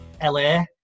LA